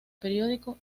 periódicos